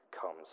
comes